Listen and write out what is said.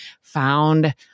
found